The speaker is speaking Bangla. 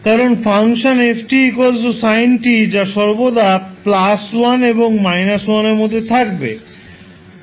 কারণ ফাংশন f sin t যা সর্বদা 1 এবং 1 এর মধ্যে থাকবে